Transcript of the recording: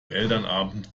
elternabend